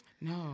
no